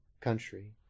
country